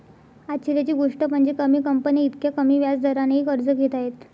आश्चर्याची गोष्ट म्हणजे, कमी कंपन्या इतक्या कमी व्याज दरानेही कर्ज घेत आहेत